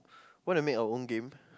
wanna make our own game